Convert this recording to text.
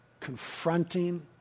confronting